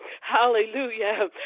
Hallelujah